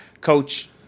Coach –